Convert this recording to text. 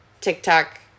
TikTok